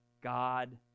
God